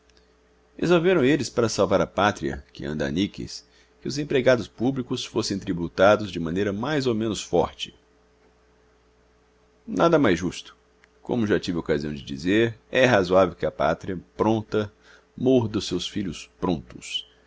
resolveram eles para salvar a pátria que anda a níqueis que os empregados públicos fossem tributados de maneira mais ou menos forte nada mais justo como já tive ocasião de dizer é razoável que a pátria pronta morda os seus filhos prontos